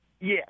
Yes